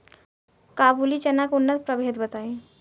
काबुली चना के उन्नत प्रभेद बताई?